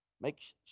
makes